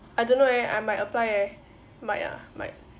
I don't know eh I might apply eh might ah might